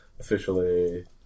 Officially